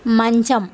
మంచం